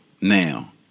now